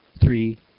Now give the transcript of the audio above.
three